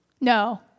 No